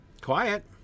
quiet